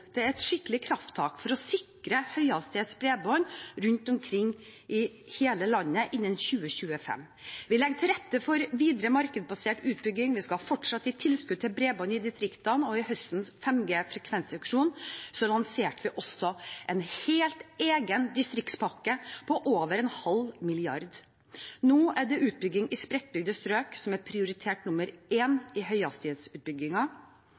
et skikkelig krafttak for å sikre høyhastighetsbredbånd rundt omkring i hele landet innen 2025. Vi legger til rette for videre markedsbasert utbygging, vi skal fortsatt gi tilskudd til bredbånd i distriktene, og i høstens 5G-frekvensauksjon lanserte vi også en helt egen distriktspakke på over en halv milliard kroner. Nå er det utbygging i spredtbygde strøk som er prioritet nummer